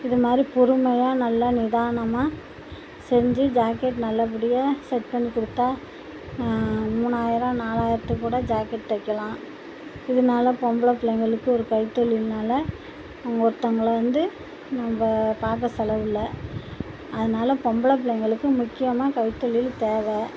இது மாதிரி பொறுமையாக நல்லா நிதானமாக செஞ்சு ஜாக்கெட் நல்லபடியாக செட் பண்ணிக் கொடுத்தா மூணாயிரம் நாலாயிரத்துக்கு கூட ஜாக்கெட் தைக்கலாம் இதனால பொம்பள பிள்ளைங்களுக்கு ஒரு கைத்தொழில்னால ஒருத்தவங்கள வந்து நம்ம பார்க்க செலவுல்ல அதனால் பொம்பளை பிள்ளைங்களுக்கு முக்கியமாக கைத்தொழில் தேவை